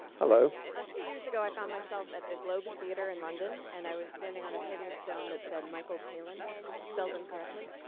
hello. audience a few years ago, i found myself at the globe theatre in london. and i was standing on a paving stone that said michael palin spelled incorrectly.